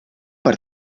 per